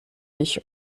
ich